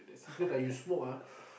that cigarette ah you smoke ah